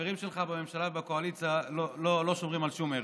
החברים שלך בממשלה ובקואליציה לא שומרים על שום ערך.